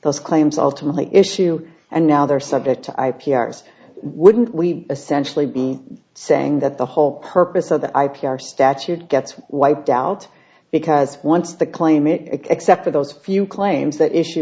those claims ultimately issue and now they're subject to i p r s wouldn't we essentially be saying that the whole purpose of the i p r statute gets wiped out because once the claim it except for those few claims that issue